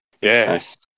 yes